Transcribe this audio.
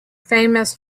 famous